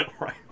right